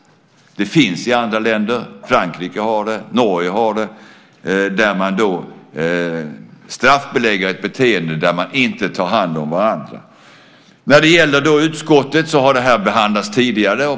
Det finns i andra länder. Frankrike har det och Norge har det. Där straffbeläggs ett beteende där man inte tar hand om varandra. När det gäller utskottet så har det här behandlats tidigare.